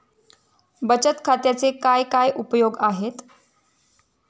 बचत खात्याचे काय काय उपयोग आहेत?